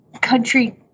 country